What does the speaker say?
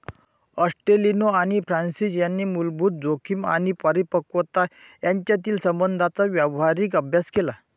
ॲस्टेलिनो आणि फ्रान्सिस यांनी मूलभूत जोखीम आणि परिपक्वता यांच्यातील संबंधांचा व्यावहारिक अभ्यास केला